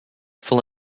full